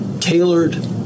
tailored